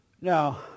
Now